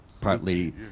partly